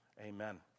amen